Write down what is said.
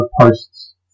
posts